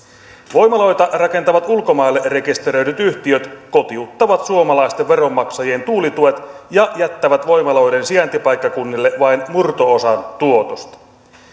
voimaloita rakentavat ulkomaille rekisteröidyt yhtiöt kotiuttavat suomalaisten veronmaksajien tuulituet ja jättävät voimaloiden sijaintipaikkakunnille vain murto osan tuotosta